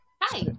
Hi